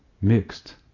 mixed